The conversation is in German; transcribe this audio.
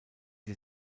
die